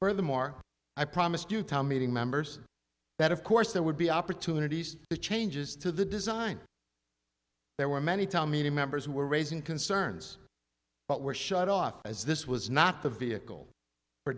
where the more i promised you time meeting members that of course there would be opportunities to changes to the design there were many town meeting members who were raising concerns but were shut off as this was not the vehicle for